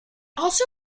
also